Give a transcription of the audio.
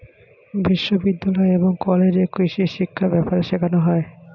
বিশ্ববিদ্যালয় এবং কলেজে কৃষিশিক্ষা ব্যাপারে শেখানো হয়